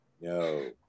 No